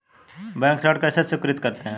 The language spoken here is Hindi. बैंक ऋण कैसे स्वीकृत करते हैं?